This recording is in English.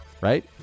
right